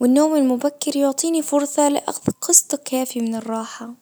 والنوم المبكر يعطيني فرصة لاخذ قسط كافي من الراحة.